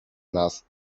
nas